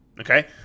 okay